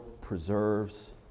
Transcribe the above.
preserves